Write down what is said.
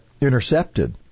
intercepted